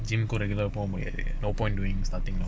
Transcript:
gym ஒழுங்காபோகமுடியாது:olunka poka mudiyathu no point doing starting now